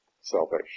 salvation